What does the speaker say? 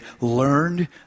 learned